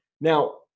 Now